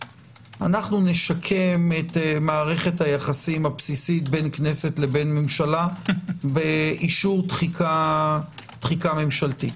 נשקם את מערכת היחסים הבסיסית בין כנסת לממשלה באישור דחיקה ממשלתית.